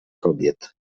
kobiet